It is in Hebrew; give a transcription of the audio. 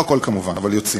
לא הכול, כמובן, אבל יוצאים.